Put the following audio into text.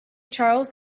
charles